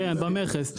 כן, במכס.